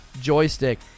joystick